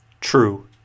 True